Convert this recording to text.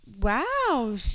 Wow